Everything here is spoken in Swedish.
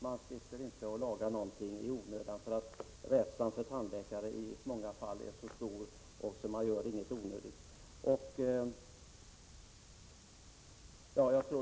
Man låter inte någon laga tänder i onödan. Rädslan för tandläkare är i många fall stor, och man gör inget onödigt.